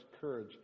courage